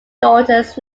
daughters